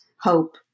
hope